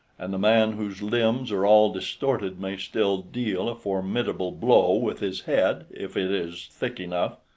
and the man whose limbs are all distorted may still deal a formidable blow with his head, if it is thick enough.